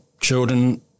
children